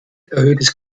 erhöhtes